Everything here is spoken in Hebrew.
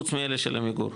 חוץ מאלה של עמיגור.